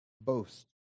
boast